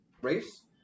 Race